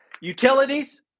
Utilities